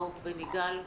ברוך בן יגאל.